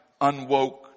unwoke